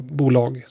bolag